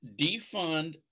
defund